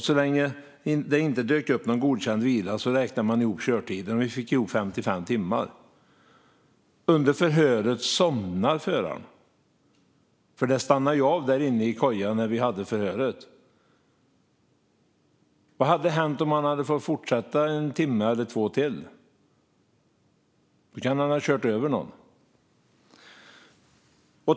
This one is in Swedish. Så länge det inte dyker upp någon godkänd vila räknar man ihop körtiden, och vi fick ihop 55 timmar. Under förhöret somnade föraren - det stannade ju av inne i kojan, där vi hade förhöret. Vad hade hänt om han hade fått fortsätta att köra i en eller två timmar till? Då kunde han ha kört över någon.